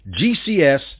GCS